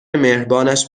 مهربانش